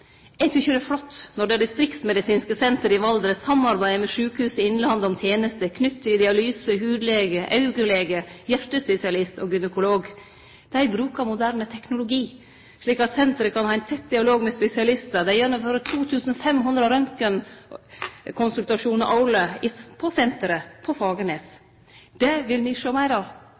Eg tykkjer det er flott når det distriktsmedisinske senteret i Valdres samarbeider med Sjukehuset Innlandet om tenester knytte til dialyse, hudlege, augelege, hjartespesialist og gynekolog. Dei brukar moderne teknologi slik at senteret kan ha ein tett dialog med spesialistar. Dei gjennomfører 2 500 røntgenkonsultasjonar årleg på senteret på Fagernes. Det vil me sjå meir av.